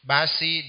Basi